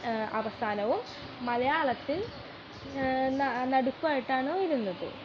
അവസാനവും മലയാളത്തിൽ നടുക്കുമായിട്ടാണ് വരുന്നത്